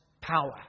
power